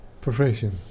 Profession